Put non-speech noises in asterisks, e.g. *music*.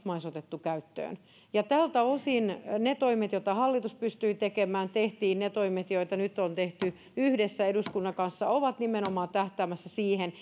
*unintelligible* maissa otettu käyttöön tältä osin ne toimet joita hallitus pystyi tekemään tehtiin ne toimet joita nyt on tehty yhdessä eduskunnan kanssa ovat nimenomaan tähtäämässä siihen *unintelligible*